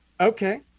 Okay